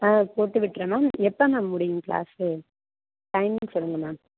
ஆ போட்டு விடுறேன் மேம் எப்போ மேம் முடியும் க்ளாஸு டைமிங் சொல்லுங்கள் மேம்